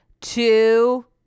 two